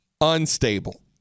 unstable